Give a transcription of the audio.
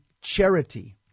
charity